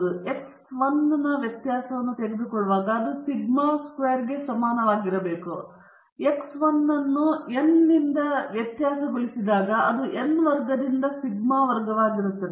ನೀವು x 1 ನ ವ್ಯತ್ಯಾಸವನ್ನು ತೆಗೆದುಕೊಳ್ಳುವಾಗ ಅದು ಸಿಗ್ಮಾ ವರ್ಗಕ್ಕೆ ಸಮಾನವಾಗಿರುತ್ತದೆ ಆದರೆ ನೀವು x 1 ಅನ್ನು n ನಿಂದ ವ್ಯತ್ಯಾಸಗೊಳಿಸಿದಾಗ ಅದು n ವರ್ಗದಿಂದ ಸಿಗ್ಮಾ ವರ್ಗವಾಗಿರುತ್ತದೆ